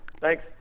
thanks